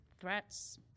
threats